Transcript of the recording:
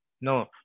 No